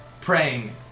praying